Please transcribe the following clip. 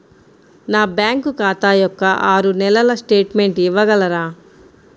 నా బ్యాంకు ఖాతా యొక్క ఆరు నెలల స్టేట్మెంట్ ఇవ్వగలరా?